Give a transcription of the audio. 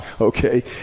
Okay